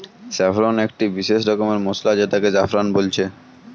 saffron একটি বিসেস রকমের মসলা যেটাকে জাফরান বলছে